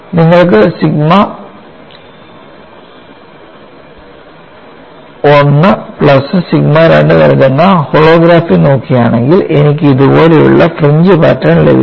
നിങ്ങൾക്ക് sigma 1 plus sigma 2 നൽകുന്ന holography നോക്കുകയാണെങ്കിൽ എനിക്ക് ഇതുപോലുള്ള ഫ്രിഞ്ച് പാറ്റേൺ ലഭിക്കും